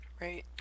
Right